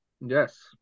Yes